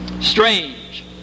Strange